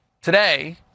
Today